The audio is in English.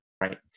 right